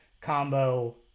combo